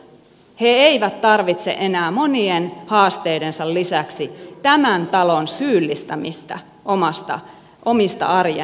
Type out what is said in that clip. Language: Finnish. he eivät tarvitse enää monien haasteidensa lisäksi tämän talon syyllistämistä omista arjen valinnoistaan